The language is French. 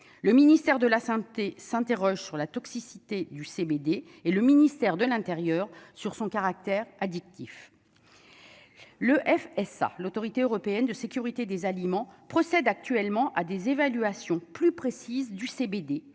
le ministère de la Santé, s'interroge sur la toxicité du CBD et le ministère de l'Intérieur sur son caractère addictif, le F. S. à l'Autorité européenne de sécurité des aliments procède actuellement à des évaluations plus précises du CBD